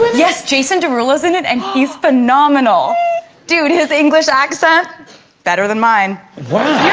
but yes, jason derulo's in it and he's phenomenal dude his english accent better than mine